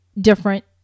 different